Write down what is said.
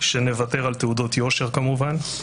שנוותר על תעודות יושר כמובן,